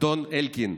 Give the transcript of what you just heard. אדון אלקין,